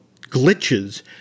glitches